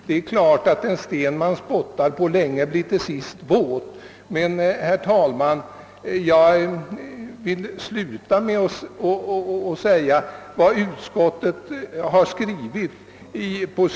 Det är klart att den sten man länge spottar på till sist blir våt.